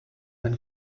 when